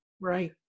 Right